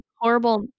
horrible